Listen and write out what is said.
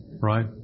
right